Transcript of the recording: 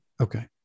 Okay